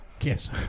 Yes